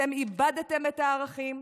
אתם איבדתם את הערכים,